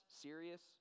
serious